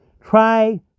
try